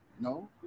no